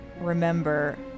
remember